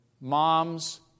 mom's